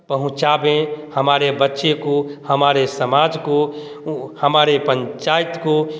पहुँचावे हमारे बच्चे को हमारे समाज को हमारे पंचायत को